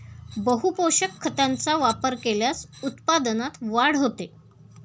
बहुपोषक खतांचा वापर केल्यास उत्पादनात वाढ होते